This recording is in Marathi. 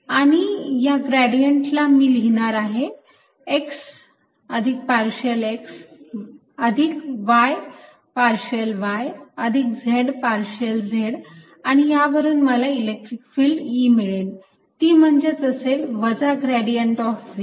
आणि या ग्रेडियंट ला मी लिहिणार आहे x पार्शियल x अधिक y पार्शियल y अधिक z पार्शियल z आणि यावरून मला इलेक्ट्रिक फिल्ड E मिळेल ती म्हणजेच असेल वजा ग्रेडियंट ऑफ V